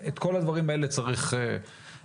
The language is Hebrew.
את כל הדברים האלה צריך לבדוק,